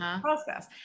process